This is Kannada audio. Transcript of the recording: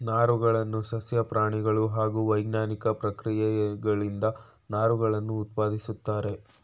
ನಾರುಗಳನ್ನು ಸಸ್ಯ ಪ್ರಾಣಿಗಳು ಹಾಗೂ ವೈಜ್ಞಾನಿಕ ಪ್ರಕ್ರಿಯೆಗಳಿಂದ ನಾರುಗಳನ್ನು ಉತ್ಪಾದಿಸುತ್ತಾರೆ